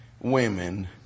women